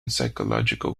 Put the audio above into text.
psychological